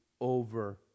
over